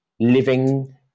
living